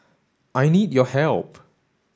I need your help